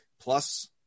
plus